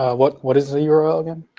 ah what what is the url again.